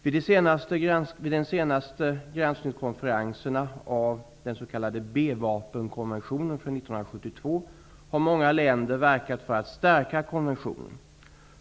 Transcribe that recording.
Vid de senaste granskningskonferenserna av den s.k. B vapenkonventionen från år 1972 har många länder verkat för att stära konventionen.